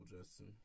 Justin